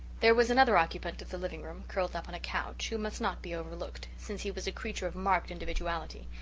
there was another occupant of the living-room, curled up on a couch, who must not be overlooked, since he was a creature of marked individuality,